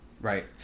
Right